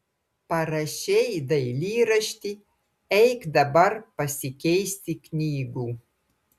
parašei dailyraštį eik dabar pasikeisti knygų